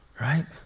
right